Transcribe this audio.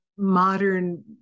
modern